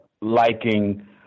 liking